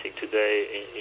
today